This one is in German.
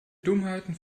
dummheiten